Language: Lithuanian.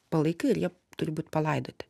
palaikai ir jie turi būt palaidoti